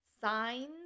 Signs